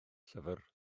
llyfr